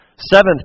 Seventh